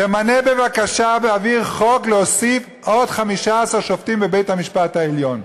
תמנה בבקשה והעבר חוק להוסיף עוד 15 שופטים בבית-המשפט העליון.